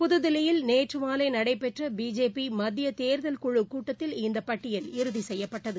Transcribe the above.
புதுதில்லியில் நேற்று மாலை நடைபெற்ற பிஜேபி மத்திய தேர்தல் குழு கூட்டத்தில் இந்த பட்டியல் இறுதி செய்யப்பட்டது